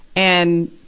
and,